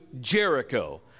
Jericho